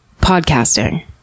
podcasting